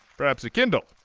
perhaps a kindle?